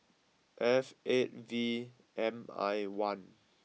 F eight V M I one